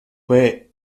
que